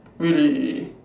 really